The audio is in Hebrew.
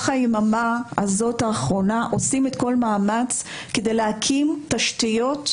היממה האחרונה הזאת אנחנו עושים כל מאמץ כדי להקים תשתיות,